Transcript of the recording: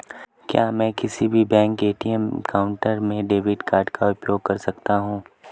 क्या मैं किसी भी बैंक के ए.टी.एम काउंटर में डेबिट कार्ड का उपयोग कर सकता हूं?